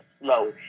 slow